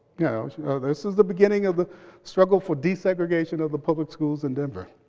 yeah so this is the beginning of the struggle for desegregation of the public schools in denver,